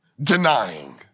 denying